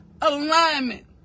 alignment